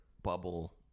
bubble